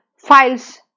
files